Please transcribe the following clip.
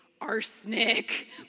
arsenic